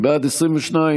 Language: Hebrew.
לסעיף 1 לא נתקבלה.